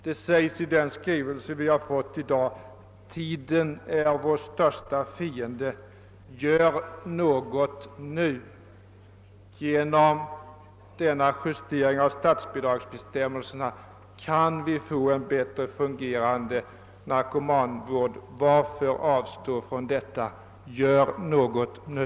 Det sägs i den skrivelse som vi har fått i dag: »Tiden är vår värsta fiende. GÖR NÅGOT NU—— —., Genom en justering av statsbidragsbestämmelserna kan vi få en bättre fungerande narkomanvård. Varför avstå härifrån? Gör något nu!